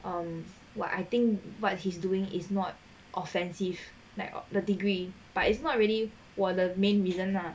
um what I think what he's doing is not offensive like the degree but it's not 我的 main reason lah